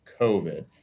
COVID